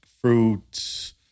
fruits